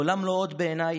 בעיניי,